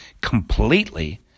completely